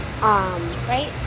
Right